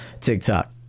TikTok